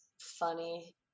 funny